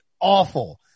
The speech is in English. Awful